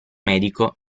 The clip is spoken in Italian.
medico